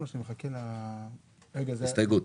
הסתייגות.